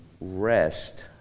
rest